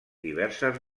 diverses